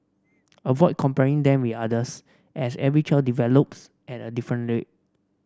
avoid comparing them with others as every child develops at a different rate